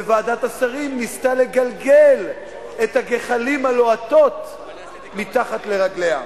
וועדת השרים ניסתה לגלגל את הגחלים הלוהטות מתחת לרגליה.